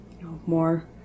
more